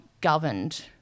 governed –